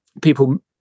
people